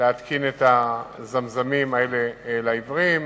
להתקין את הזמזמים האלה לעיוורים.